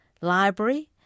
library